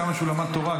כמה שהוא למד תורה,